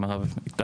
גם עם הרב עיטם,